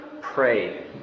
Pray